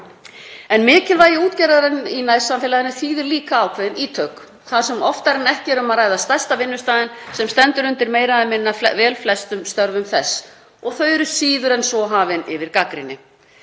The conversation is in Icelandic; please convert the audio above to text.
En mikilvægi útgerðarinnar í nærsamfélaginu þýðir líka ákveðin ítök, þar sem oftar en ekki er um að ræða stærsta vinnustaðinn sem stendur undir meira eða minna velflestum störfum þess og fyrirtækin eru síður en svo hafin yfir gagnrýni.